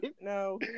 No